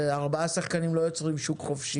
ארבעה שחקנים לא יוצרים שוק חופשי.